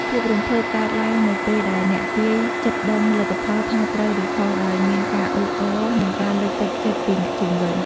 ភាពរំភើបកើតឡើងនៅពេលដែលអ្នកទាយជិតដឹងលទ្ធផលថាត្រូវ ឬខុស ដោយមានការអ៊ូអរ និងការលើកទឹកចិត្តពីអ្នកជុំវិញ។